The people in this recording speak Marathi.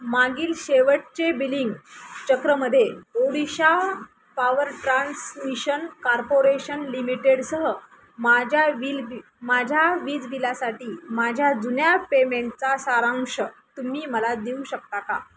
मागील शेवटचे बिलिंग चक्रमध्ये ओडिशा पावर ट्रान्समिशन कार्पोरेशन लिमिटेडसह माझ्या विल बि माझ्या वीज बिलासाठी माझ्या जुन्या पेमेंटचा सारांश तुम्ही मला देऊ शकता का